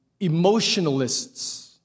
emotionalists